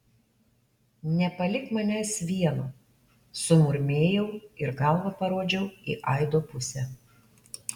nepalik manęs vieno sumurmėjau ir galva parodžiau į aido pusę